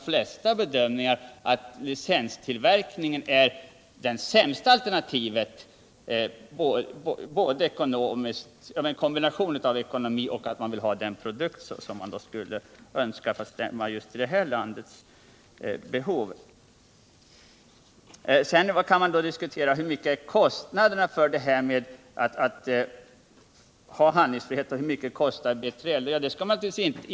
Flera bedömningar visar att licenstillverkning ofta är det sämsta alternativet, sämre än både egenutveckling och import. | Man kan diskutera kostnaderna för BILA och handlingsfriheten.